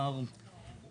למנהלי בתי הספר.